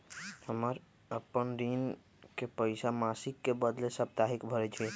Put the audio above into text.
हम अपन ऋण के पइसा मासिक के बदले साप्ताहिके भरई छी